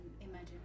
imagine